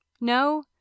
No